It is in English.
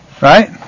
Right